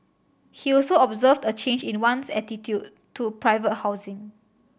he also observed a change in one's attitude to private housing